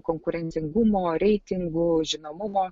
konkurencingumo reitingų žinomumo